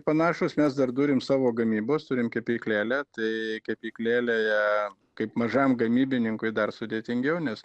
panašūs mes dar turim savo gamybos turim kepyklėlę tai kepyklėlėje kaip mažam gamybininkui dar sudėtingiau nes